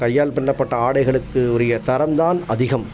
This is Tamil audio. கையால் பின்னப்பட்ட ஆடைகளுக்கு உரிய தரம் தான் அதிகம்